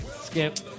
Skip